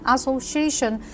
Association